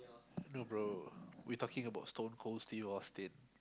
no bro we talking about Stone Cold Steve Austin